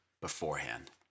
beforehand